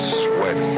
sweat